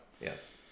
Yes